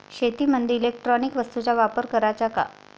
शेतीमंदी इलेक्ट्रॉनिक वस्तूचा वापर कराचा का?